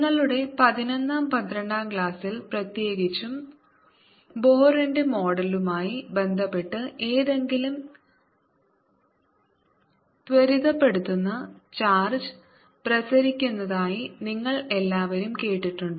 നിങ്ങളുടെ പതിനൊന്നാം പന്ത്രണ്ടാം ക്ലാസ്സിൽ പ്രത്യേകിച്ചും ബോറിന്റെ മോഡലുമായി Bohr's model ബന്ധപ്പെട്ട് ഏതെങ്കിലും ത്വരിതപ്പെടുത്തുന്ന ചാർജ് പ്രസരിക്കുന്നതായി നിങ്ങൾ എല്ലാവരും കേട്ടിട്ടുണ്ട്